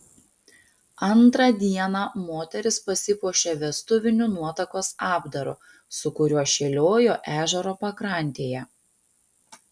antrą dieną moteris pasipuošė vestuviniu nuotakos apdaru su kuriuo šėliojo ežero pakrantėje